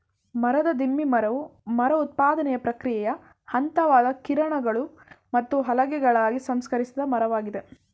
ಮರದ ದಿಮ್ಮಿ ಮರವು ಮರ ಉತ್ಪಾದನೆಯ ಪ್ರಕ್ರಿಯೆಯ ಹಂತವಾದ ಕಿರಣಗಳು ಮತ್ತು ಹಲಗೆಗಳಾಗಿ ಸಂಸ್ಕರಿಸಿದ ಮರವಾಗಿದೆ